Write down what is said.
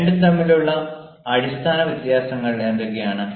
രണ്ടും തമ്മിലുള്ള അടിസ്ഥാന വ്യത്യാസങ്ങൾ എന്തൊക്കെയാണ്